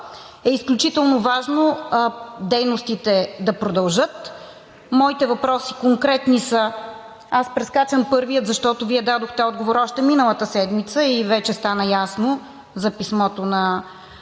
е изключително важно дейностите да продължат. Моите конкретни въпроси са – аз прескачам първия, защото Вие дадохте отговор още миналата седмица и вече стана ясно за писмото на